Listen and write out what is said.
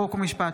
חוק ומשפט.